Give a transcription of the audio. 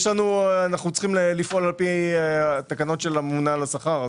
אנחנו צריכים לפעול על פי התקנות של הממונה על השכר,